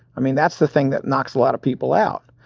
i mean, that's the thing that knocks a lotta people out,